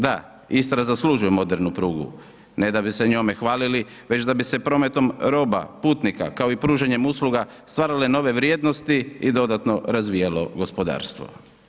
Da, Istra zaslužuje modernu prugu ne da bi se njome hvalili već da bi se prometom roba, putnika, kao i pružanjem usluga stvarale nove vrijednosti i dodatno razvijalo gospodarstvo.